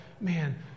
man